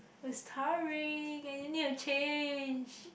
it's tiring and you need to change